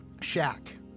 shack